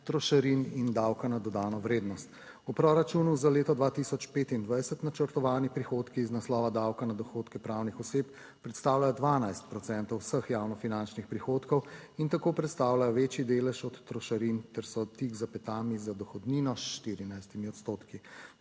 trošarin in davka na dodano vrednost. V proračunu za leto 2025 načrtovani prihodki iz naslova davka na dohodke pravnih oseb predstavljajo 12 procentov vseh javnofinančnih prihodkov in tako predstavljajo večji delež od trošarin ter so tik za petami za dohodnino s 14